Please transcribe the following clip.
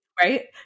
right